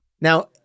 Now